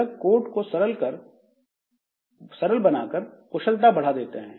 यह कोड को सरल बना कर कुशलता बढ़ा देते हैं